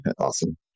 awesome